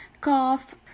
cough